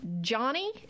johnny